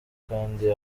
kandi